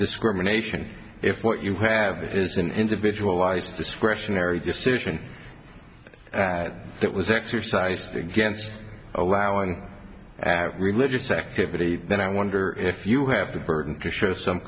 discrimination if what you have is an individual lies discretionary decision that was exercised against allowing religious activity then i wonder if you have the burden to show some